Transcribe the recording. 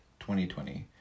2020